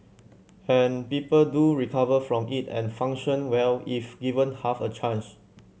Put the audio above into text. and people do recover from it and function well if given half a chance